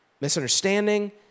misunderstanding